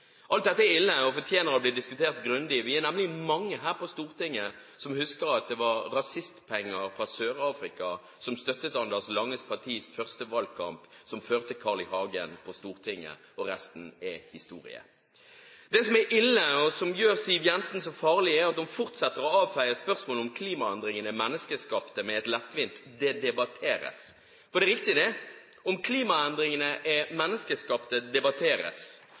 Alt dette er ille og fortjener å bli diskutert grundig. Vi er nemlig mange her på Stortinget som husker at det var med rasistpenger fra Sør-Afrika Anders Langes Partis første valgkamp ble støttet, som førte Carl I. Hagen på Stortinget – og resten er historie. Det som er ille, og som gjør Siv Jensen så farlig, er at hun fortsetter å avfeie spørsmålet om klimaendringene er menneskeskapte, med et lettvint «det debatteres». Og det er riktig, det: Om klimaendringene er menneskeskapte, debatteres,